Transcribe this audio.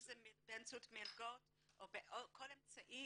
אם זה באמצעות מלגות או בכל אמצעי,